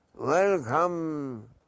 Welcome